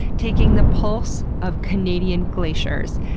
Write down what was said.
taking the pulse of canadian glaciers,